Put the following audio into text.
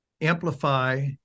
amplify